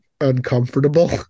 uncomfortable